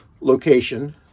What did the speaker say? location